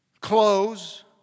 clothes